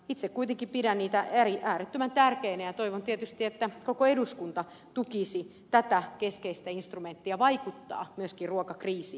itse kuitenkin pidän niitä äärettömän tärkeinä ja toivon tietysti että koko eduskunta tukisi tätä keskeistä instrumenttia vaikuttaa myöskin ruokakriisiin